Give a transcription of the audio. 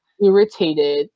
irritated